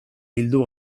bildu